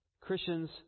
Christians